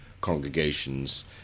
congregations